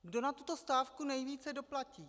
Kdo na tuto stávku nejvíce doplatí?